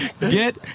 get